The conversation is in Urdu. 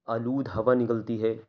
آلود ہوا نکلتی ہے